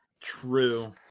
True